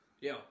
yo